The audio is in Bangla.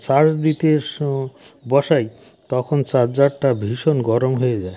চার্জ দিতে শু বসাই তখন চার্জারটা ভীষণ গরম হয়ে যায়